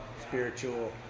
spiritual